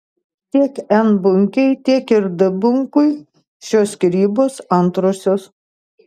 tiek n bunkei tiek ir d bunkui šios skyrybos antrosios